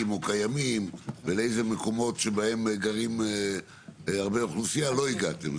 או קיימים ולאיזה מקומות שבהם גרים הרבה אוכלוסייה לא הגעתם.